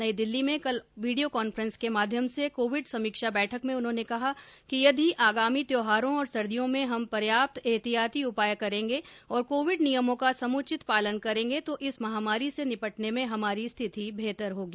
नई दिल्ली में कल वीडियो कॉन्फ्रेंसिंग के माध्यम से कोविड समीक्षा बैठक में उन्होंने कहा कि यदि आगामी त्यौहारों और सर्दियों में हम पर्याप्त एहतियाती उपाय करेंगे और कोविड नियमों का समुचित पालन करेंगे तो इस महामारी से निपटने में हमारी स्थिति बेहतर होगी